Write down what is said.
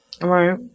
Right